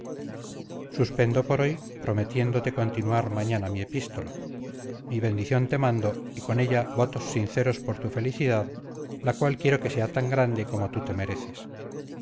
suspendo por hoy prometiéndote continuar mañana mi epístola mi bendición te mando y con ella votos sinceros por tu felicidad la cual quiero que sea tan grande como tú te mereces